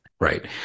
right